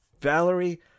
Valerie